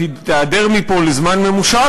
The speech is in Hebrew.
תיעדר מפה לזמן ממושך,